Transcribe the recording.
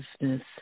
business